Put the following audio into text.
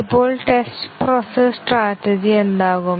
ഇപ്പോൾ test process strategy എന്താകും